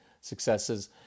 successes